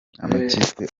amakipe